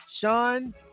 Sean